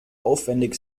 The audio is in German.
aufwendig